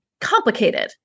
complicated